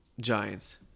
Giants